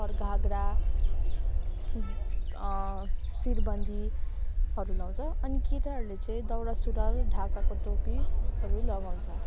or घाग्रा शिरबन्दीहरू लगाउँछ अनि केटाहरूले चाहिँ दौरासुरुवाल ढाकाको टोपीहरू लगाउँछ